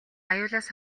аюулаас